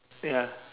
ya